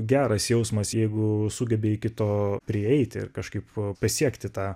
geras jausmas jeigu sugebi iki to prieiti ir kažkaip pasiekti tą